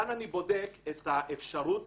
כאן אני בודק את האפשרות